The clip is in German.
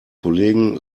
kollegen